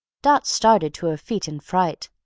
dot started to her feet in fright,